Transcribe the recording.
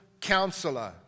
Counselor